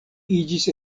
iĝis